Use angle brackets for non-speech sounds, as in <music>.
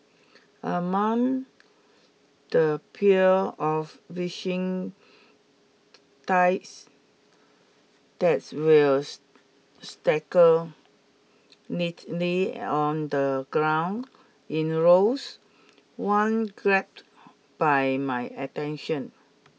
among the pure of wishing <unintelligible> tides that were <unintelligible> neatly on the ground in rows one grabbed by my attention